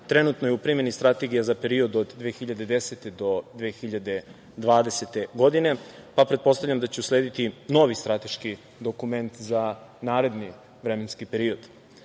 Trenutno je u primeni strategija za period od 2010. do 2020. godine, pa pretpostavljam da će uslediti novi strateški dokument za naredni vremenski period. Inače,